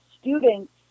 students